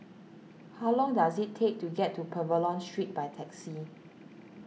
how long does it take to get to Pavilion Street by taxi